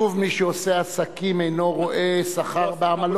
כתוב שמי שעושה עסקים אינו רואה שכר בעמלו.